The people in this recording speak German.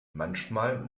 manchmal